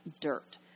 dirt